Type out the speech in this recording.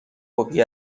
کپی